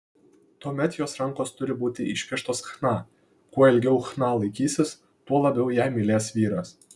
tuomet jos rankos turi būti išpieštos chna kuo ilgiau chna laikysis tuo labiau ją mylės vyras